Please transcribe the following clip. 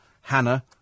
Hannah